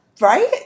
Right